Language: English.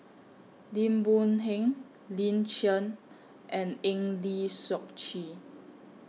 Lim Boon Heng Lin Chen and Eng Lee Seok Chee